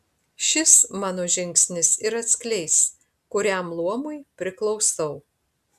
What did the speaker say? šis mano žingsnis ir atskleis kuriam luomui priklausau